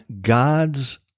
god's